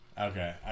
Okay